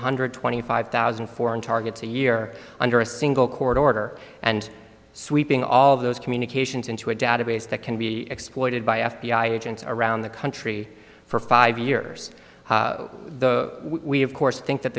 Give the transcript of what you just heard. hundred twenty five thousand foreign targets a year under a single court order and sweeping all of those communications into a database that can be exploited by f b i agents around the country for five years the we of course think that